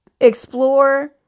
explore